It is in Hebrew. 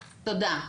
תודה.